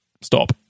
stop